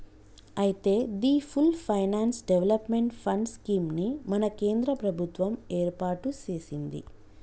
అయితే the full finance development fund scheme ని మన కేంద్ర ప్రభుత్వం ఏర్పాటు సెసింది